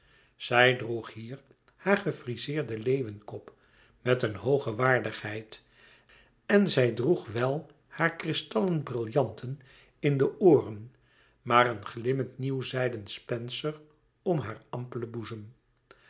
zij droeg hier haar gefrizeerden leeuwenkop met een hooge waardigheid en zij droeg wel hare kristallen brillanten in de ooren maar een glimmend nieuw zijden spencer om haar ampelen boezem